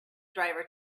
driver